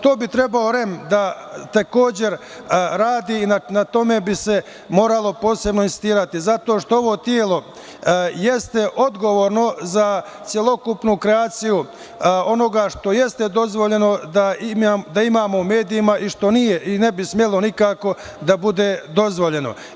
To bi trebao REM takođe da radi i na tome bi se moralo posebno insistirati zato što ovo telo jeste odgovorno za celokupnu kreaciju onoga što jeste dozvoljeno da imamo u medijima i što nije i ne bi smelo nikako da bude dozvoljeno.